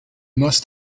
must